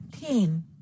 TEAM